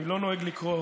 אני לא נוהג לקרוא